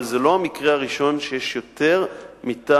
אבל זה לא המקרה הראשון שיש יותר מטעם